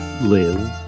live